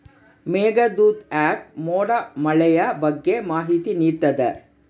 Meghdoot app ಮೋಡ ಮಳೆಯ ಬಗ್ಗೆ ಮಾಹಿತಿ ನಿಡ್ತಾತ